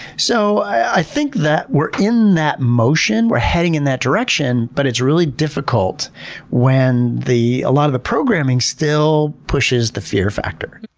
so, i think that we're in that motion. we're heading in that direction, but it's really difficult when a lot of the programming still pushes the fear factor.